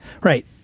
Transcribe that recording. Right